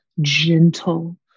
gentle